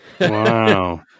wow